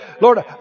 Lord